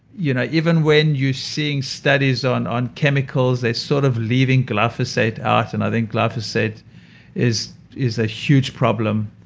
you know even when you're seeing studies on on chemicals, they're sort of leaving glyphosate out, and i think glyphosate is is a huge problem.